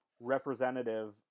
representative